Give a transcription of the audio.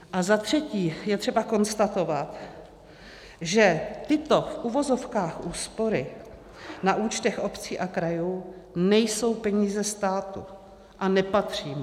A zatřetí je třeba konstatovat, že tyto v uvozovkách úspory na účtech obcí a krajů nejsou peníze státu a nepatří mu.